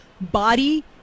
body